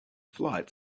flight